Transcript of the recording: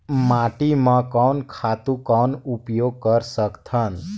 माटी म कोन खातु कौन उपयोग कर सकथन?